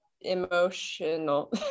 emotional